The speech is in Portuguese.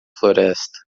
floresta